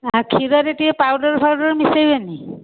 ଆଉ କ୍ଷୀରରେ ଟିକେ ପାଉଡର୍ ଫାଉଡର୍ ମିଶେଇବେନି